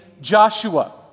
Joshua